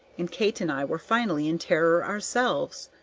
and kate and i were finally in terror ourselves.